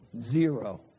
Zero